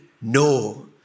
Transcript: No